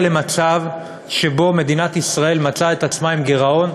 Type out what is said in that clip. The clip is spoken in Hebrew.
למצב שמדינת ישראל מצאה את עצמה עם גירעון,